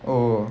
oh